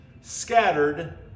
scattered